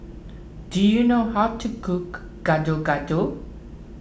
do you know how to cook Gado Gado